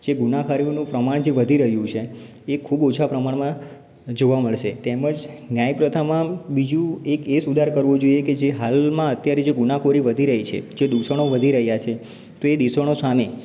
જે ગુનાખોરીઓનું પ્રમાણ જે વધી રહ્યું છે એ ખૂબ ઓછા પ્રમાણમાં જોવા મળશે તેમજ ન્યાય પ્રથામાં બીજું એક એ સુધાર કરવો જોઈએ કે જે હાલમાં અત્યારે જે ગુનાખોરી વધી રહી છે જે દૂષણો વધી રહ્યાં છે એ દૂષણો સામે